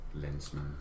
Lensman